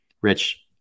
Rich